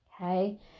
Okay